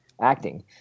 acting